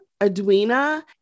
Adwina